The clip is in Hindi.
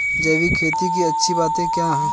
जैविक खेती की अच्छी बातें क्या हैं?